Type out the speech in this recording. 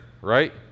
right